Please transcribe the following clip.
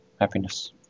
Happiness